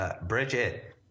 Bridget